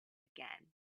again